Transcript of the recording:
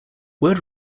word